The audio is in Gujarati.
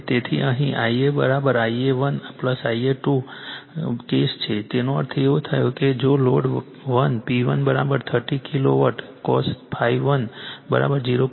તેથી અહીં Ia Ia 1 Ia 2 કેસ છે તેનો અર્થ એવો થાય છે કે જો લોડ 1 P1 30 KW cos1 0